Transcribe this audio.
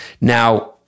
Now